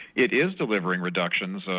it is delivering reductions,